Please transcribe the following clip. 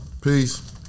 Peace